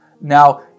Now